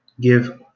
give